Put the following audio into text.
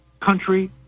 country